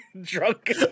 drunk